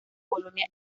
polonia